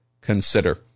Consider